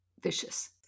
vicious